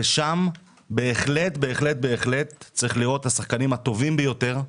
ושם בהחלט צריך לראות את השחקנים הטובים ביותר,